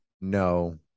no